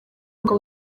ngo